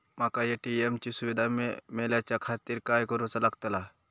माका ए.टी.एम ची सुविधा मेलाच्याखातिर काय करूचा लागतला?